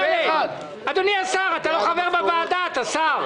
משרד האוצר אמר שהתכנית עולה הרבה כסף ולכן זה נתקע עד עצם היום הזה.